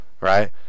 right